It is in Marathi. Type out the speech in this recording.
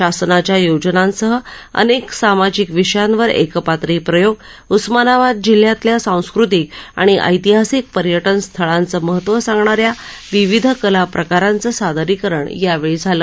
शासनाच्या योजनांसह अनेक सामाजिक विषयांवर एकपात्री प्रयोग उस्मानाबाद जिल्ह्यातल्या सांस्कृतिक आणि ऐतिहासिक पर्यटन स्थळांचं महत्व सांगणाऱ्या विविध कला प्रकारांचं सादरीकरण यावळी झालं